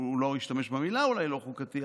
הוא לא אולי השתמש במילים לא חוקתי,